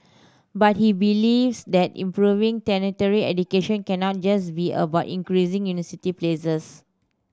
but he believes that improving tertiary education cannot just be about increasing university places